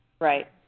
Right